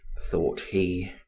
thought he.